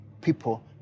people